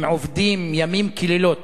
הם עובדים ימים כלילות,